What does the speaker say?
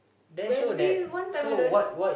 when we want time alone